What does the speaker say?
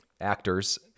actors